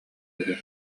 үһү